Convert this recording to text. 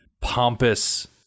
pompous